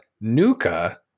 Nuka